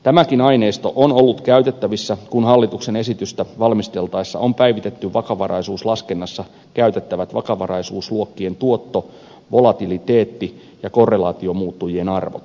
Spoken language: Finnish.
tämäkin aineisto on ollut käytettävissä kun hallituksen esitystä valmisteltaessa on päivitetty vakavaraisuuslaskennassa käytettävät vakavaraisuusluokkien tuotto volatiliteetti ja korrelaatiomuuttujien arvot